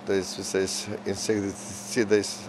tais visais insekticidais